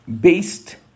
based